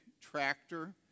tractor